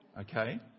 Okay